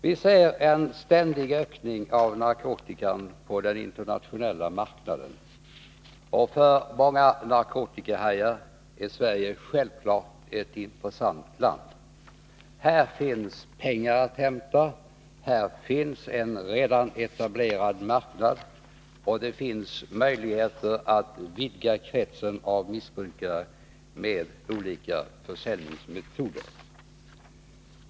Vi ser en ständig ökning av narkotikahandeln på den internationella marknaden. För många narkotikahajar är Sverige självfallet ett intressant land. Här finns pengar att hämta, här finns en redan etablerad marknad, och det finns möjligheter att vidga kretsen av missbrukare med olika försäljningsmetoder.